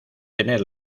tener